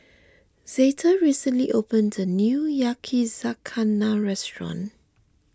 Zeta recently opened a new Yakizakana restaurant